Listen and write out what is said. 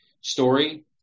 story